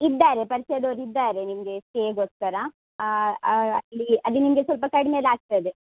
ಇದ್ದಾರೆ ಪರ್ಚಯದವ್ರು ಇದ್ದಾರೆ ನಿಮಗೆ ಸ್ಟೇಗೋಸ್ಕರ ಅಲ್ಲಿ ಅದು ನಿಮಗೆ ಸ್ವಲ್ಪ ಕಡಿಮೇಲ್ಲಿ ಆಗ್ತದೆ